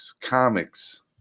comics